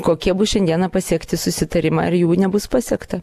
kokie bus šiandieną pasiekti susitarimai ar jų nebus pasiekta